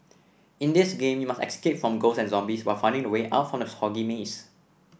in this game you must escape from ghosts and zombies while finding the way out from the foggy maze